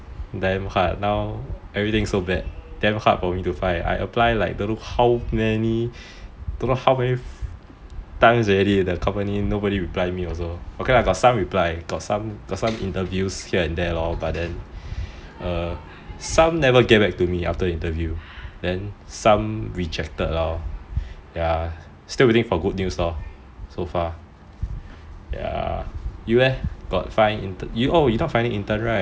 damn hard now everything so bad damn hard for me to find I apply like don't know how many don't know how many times already the company nobody reply me also okay lah got some reply got some interviews here and there lor but then err some never get back to me after interview then some rejected lor ya still waiting for good news lor so far you leh got find intern oh you not finding intern right